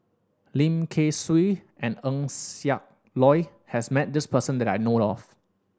Lim Kay Siu and Eng Siak Loy has met this person that I know of